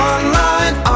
Online